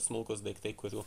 smulkūs daiktai kurių